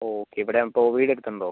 okay ഇവിടെ അപ്പോൾ വീട് എടുത്തിട്ടുണ്ടോ